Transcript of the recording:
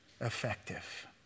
effective